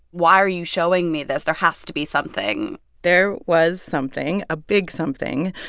why are you showing me this? there has to be something there was something a big something.